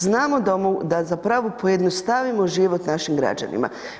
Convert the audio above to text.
Znamo da za pravo pojednostavimo život našim građanima.